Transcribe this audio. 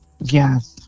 Yes